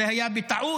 זה היה בטעות.